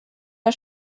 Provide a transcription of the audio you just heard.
der